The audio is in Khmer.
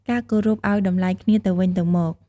ការរគោរពឲ្យតម្លៃគ្នាទៅវិញទៅមក។